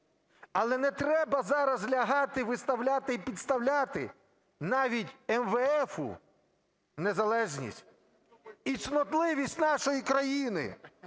Але не треба зараз лягати, виставляти і підставляти навіть МВФу незалежність і цнотливість нашої країни!